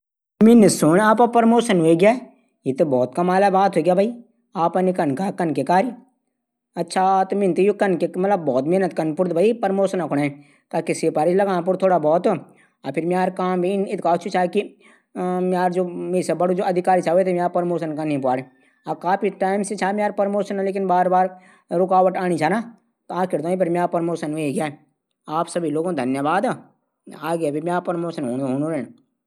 कै जादूगर मेथे अपड जादू से कुता बणे द्या ।तू मि सबसे पैली इन कलू की जू लोग छन उथैं नी बण्आई त मि उथैं बतौलू। कै ना कै तरीके से कुता आवाज मा भौंकी जन के और लोग समझ जाई की मी क्या बुन चौंणू छौः। जनकै और लोग जादूगर चपेट मां ना ऐन। और लोग मेथे फिर आदमी रूप लाण कू जादूगर कू बोला